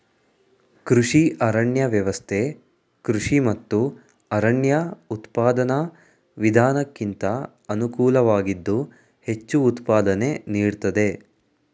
ಕೃಷಿ ಅರಣ್ಯ ವ್ಯವಸ್ಥೆ ಕೃಷಿ ಮತ್ತು ಅರಣ್ಯ ಉತ್ಪಾದನಾ ವಿಧಾನಕ್ಕಿಂತ ಅನುಕೂಲವಾಗಿದ್ದು ಹೆಚ್ಚು ಉತ್ಪಾದನೆ ನೀಡ್ತದೆ